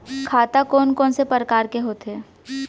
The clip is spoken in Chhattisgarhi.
खाता कोन कोन से परकार के होथे?